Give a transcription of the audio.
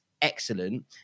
Excellent